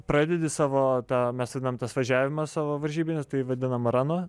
pradedi savo tą mes vadinam tas važiavimas savo varžybinis tai vadinam ranu